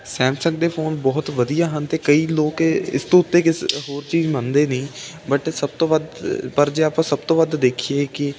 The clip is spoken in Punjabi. ਸੈਮਸੰਗ ਦੇ ਫੋਨ ਬਹੁਤ ਵਧੀਆ ਹਨ ਅਤੇ ਕਈ ਲੋਕ ਇਸ ਤੋਂ ਉੱਤੇ ਕਿਸ ਹੋਰ ਚੀਜ਼ ਮੰਨਦੇ ਨਹੀਂ ਬਟ ਸਭ ਤੋਂ ਵੱਧ ਪਰ ਜੇ ਆਪਾਂ ਸਭ ਤੋਂ ਵੱਧ ਦੇਖੀਏ ਕਿ